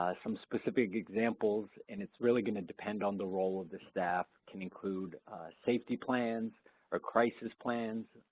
ah some specific examples, and it's really gonna depend on the role of the staff, can include safety plans or crisis plans,